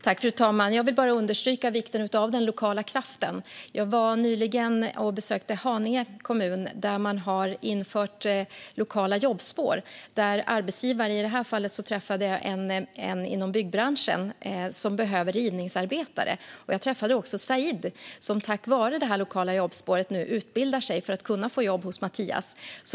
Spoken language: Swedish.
Fru talman! Jag vill bara understryka vikten av den lokala kraften. Jag besökte nyligen Haninge kommun, där man har infört lokala jobbspår. I det här fallet träffade jag en arbetsgivare inom byggbranschen som behöver rivningsarbetare, och jag träffade också Zaim som tack vare det här lokala jobbspåret nu utbildar sig för att kunna få jobb hos Mattias.